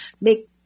make